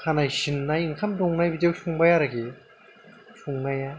खानाय सिननाय ओंखाम दौनाय बिदियाव संबाय आरो संनाया